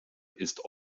ist